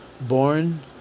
born